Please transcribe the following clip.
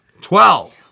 Twelve